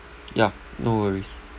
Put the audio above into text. ya no worries